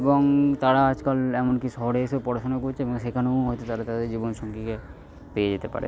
এবং তারা আজকাল এমনকি শহরে এসেও পড়াশোনা করছে এবং সেখানেও হয়তো তারা তাদের জীবনসঙ্গীকে পেয়ে যেতে পারে